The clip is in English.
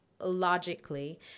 logically